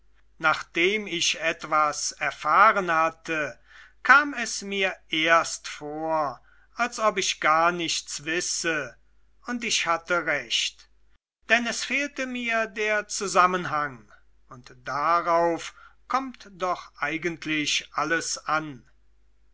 nachdem ich etwas erfahren hatte kam es mir erst vor als ob ich gar nichts wisse und ich hatte recht denn es fehlte mir der zusammenhang und darauf kommt doch eigentlich alles an